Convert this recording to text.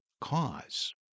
cause